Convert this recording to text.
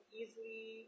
easily